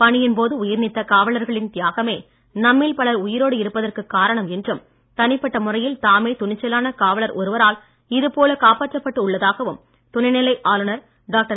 பணியின்போது உயிர்நீத்த காவலர்களின் தியாகமே நம்மில் பலர் உயிரோடு இருப்பதற்கு காரணம் என்றும் தனிப்பட்ட முறையில் தாமே துணிச்சலான காவலர் ஒருவரால் இதுபோல காப்பாற்றப்பட்டு உள்ளதாகவும் துணைநிலை ஆளுநர் டாக்டர்